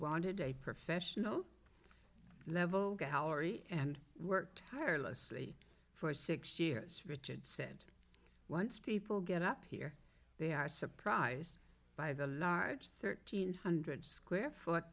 wanted a professional level gallery and work tirelessly for six years richard said once people get up here they are surprised by the large thirteen hundred square foot